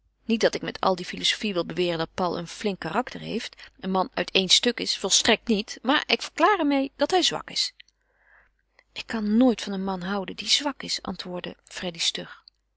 niet dat ik met al die filozofie wil beweren dat paul een flink karakter heeft een man uit éen stuk is volstrekt niet maar ik verklaar er meê dat hij zwak is ik kan nooit van een man houden die zwak is antwoordde freddy stug